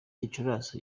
gicurasi